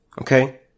Okay